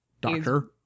doctor